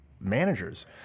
managers